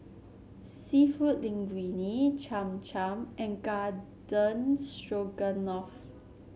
seafood Linguine Cham Cham and Garden Stroganoff